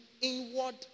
Inward